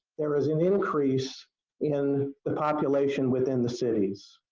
there is an increase in the population within the cities.